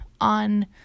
on